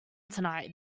tonight